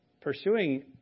Pursuing